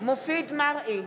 מופיד מרעי,